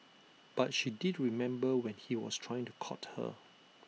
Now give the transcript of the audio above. but she did remember when he was trying to court her